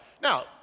Now